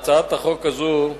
אני קובע שהצעת החוק לא עברה.